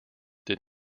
did